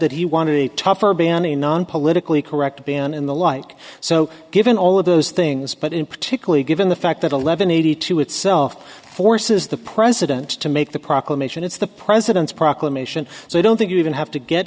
that he wanted a tougher banning non politically correct ban in the light so given all of those things but in particularly given the fact that eleven eighty two itself forces the president to make the proclamation it's the president's proclamation so i don't think you even have to get